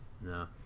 No